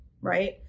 right